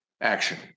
action